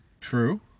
True